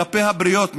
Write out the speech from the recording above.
כלפי הבריות,